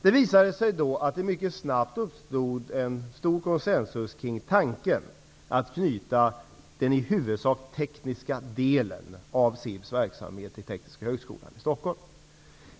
Det visade sig då att det mycket snabbt uppstod en stor konsensus kring tanken att knyta den i huvudsak tekniska delen av SIB:s verksamhet till Tekniska högskolan i Stockholm.